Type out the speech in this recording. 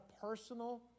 personal